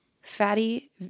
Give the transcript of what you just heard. fatty